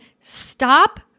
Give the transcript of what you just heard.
stop